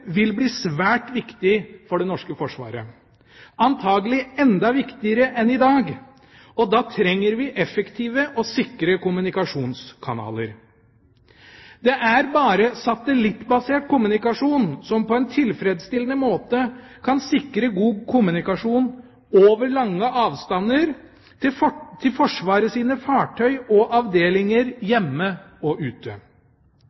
vil bli svært viktig for det norske forsvaret, antagelig enda viktigere enn i dag. Og da trenger vi effektive og sikre kommunikasjonskanaler. Det er bare satellittbasert kommunikasjon som på en tilfredsstillende måte kan sikre god kommunikasjon over lange avstander til Forsvaret sine fartøy og avdelinger